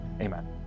amen